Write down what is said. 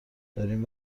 داریم